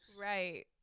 right